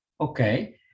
Okay